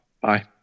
Bye